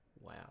Wow